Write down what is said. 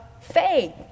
faith